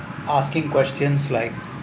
asking questions like